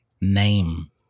name